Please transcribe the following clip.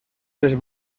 les